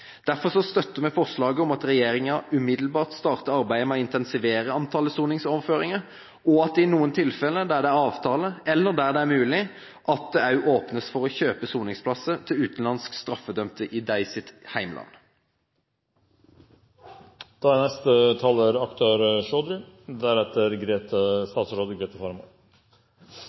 Derfor støtter vi forsalget om at regjeringen umiddelbart starter arbeidet med å intensivere antallet soningsoverføringer, og at det i noen tilfeller der det er avtaler, eller der det er mulig, også åpnes for å kjøpe soningsplasser til utenlandske straffedømte i